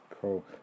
Cool